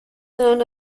known